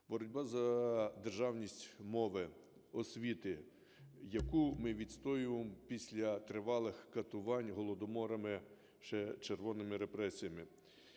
боротьба за державність мови, освіти, яку ми відстоюємо після тривалих катувань Голодоморами, ще червоними репресіями.